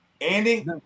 Andy